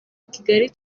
kigali